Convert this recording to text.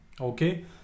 Okay